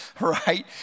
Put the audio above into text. right